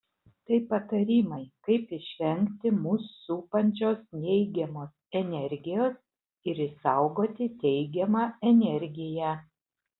tai patarimai kaip išvengti mus supančios neigiamos energijos ir išsaugoti teigiamą energiją